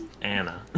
Anna